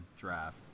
draft